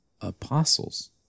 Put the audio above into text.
apostles